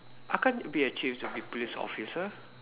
I achieve to be police officer